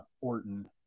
Orton